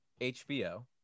HBO